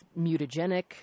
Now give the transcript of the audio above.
mutagenic